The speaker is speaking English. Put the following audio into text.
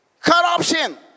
Corruption